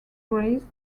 grace